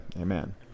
Amen